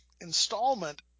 installment